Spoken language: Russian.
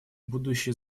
будущее